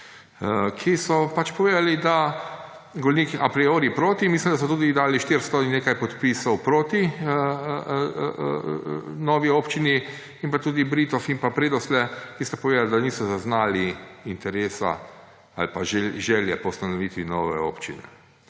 ki so povedali, da Golnik je a priori proti, mislim, da so tudi dali 400 in nekaj podpisov proti novi občini; in pa tudi Britof terPredoslje, ki sta povedala, da niso zaznali interesa ali pa želje po ustanovitvi nove občine.